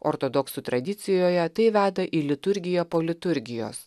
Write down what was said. ortodoksų tradicijoje tai veda į liturgiją po liturgijos